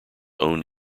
own